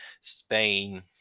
Spain